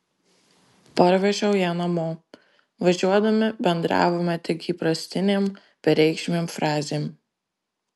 parvežiau ją namo važiuodami bendravome tik įprastinėm bereikšmėm frazėm